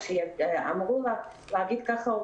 או שעורכי הדין אמרו לה להגיד כך,